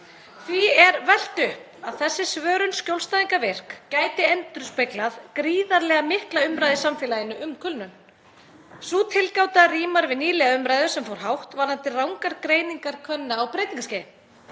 Því er velt upp að þessi svörun skjólstæðinga VIRK gæti endurspeglað gríðarlega mikla umræðu í samfélaginu um kulnun. Sú tilgáta rímar við nýlega umræðu sem fór hátt varðandi rangar greiningar kvenna á breytingaskeiði.